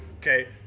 Okay